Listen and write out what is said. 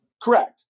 Correct